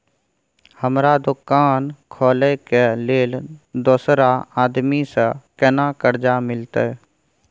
हमरा दुकान खोले के लेल दूसरा आदमी से केना कर्जा मिलते?